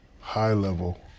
high-level